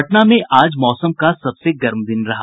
पटना में आज मौसम का सबसे गर्म दिन रहा